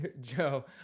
Joe